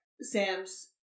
Sam's